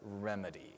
remedy